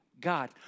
God